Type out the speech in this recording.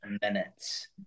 minutes